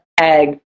egg